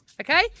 Okay